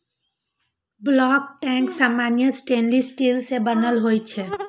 bulk tank सामान्यतः stainless steel सं बनल होइ छै